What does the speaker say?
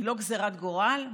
היא לא גזרת גורל.